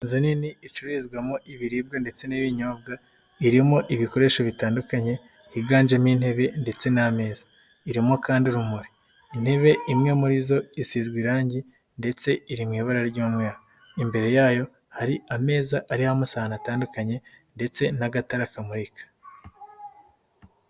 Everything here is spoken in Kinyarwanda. Inzu nini icururizwamo ibiribwa ndetse n'ibinyobwa, irimo ibikoresho bitandukanye, higanjemo intebe ndetse n'ameza, irimo kandi urumuri. Intebe imwe muri zo isizwe irangi, ndetse iri mu ibara ry'umweru. Imbere yayo hari ameza ariho amasahani atandukanye, ndetse n'agatara kamurika.